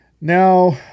now